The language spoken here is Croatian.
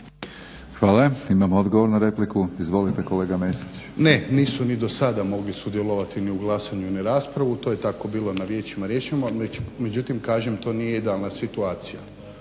Hvala. Imamo odgovor na repliku. Izvolite kolega Mesić. **Mesić, Jasen (HDZ)** Ne, nisu ni do sada mogli sudjelovati ni u glasanju ni raspravu, to je tako bilo na vijećima riješeno, međutim kažem to nije idealna situacija.